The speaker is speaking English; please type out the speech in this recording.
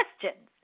questions